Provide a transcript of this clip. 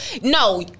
no